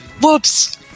Whoops